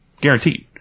Guaranteed